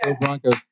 broncos